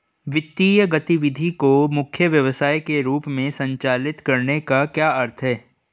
वित्तीय गतिविधि को मुख्य व्यवसाय के रूप में संचालित करने का क्या अर्थ है?